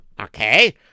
okay